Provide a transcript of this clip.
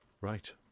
Right